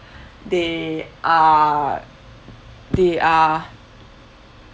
they are they are